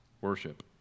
worship